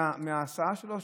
מההסעה שלו,